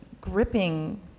gripping